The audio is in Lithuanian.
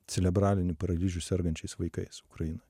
celebraliniu paralyžiu sergančiais vaikais ukrainoj